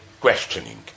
questioning